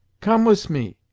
come wis me,